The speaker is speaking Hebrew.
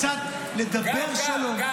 קצת לדבר שלום.